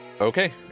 Okay